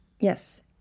Yes